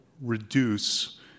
reduce